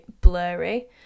blurry